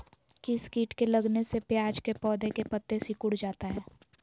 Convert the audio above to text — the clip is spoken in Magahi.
किस किट के लगने से प्याज के पौधे के पत्ते सिकुड़ जाता है?